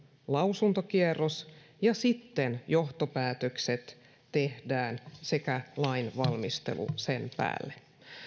lausuntokierros ja sitten johtopäätökset tehdään sekä lainvalmistelu sen päälle